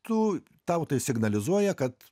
tu tau tai signalizuoja kad